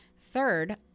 Third